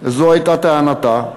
זו הייתה טענתה.